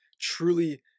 truly